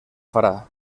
farà